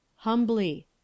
Humbly